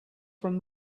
from